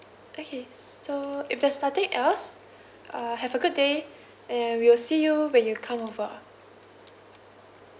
okay so if there's nothing else uh have a good day and we'll see you when you come over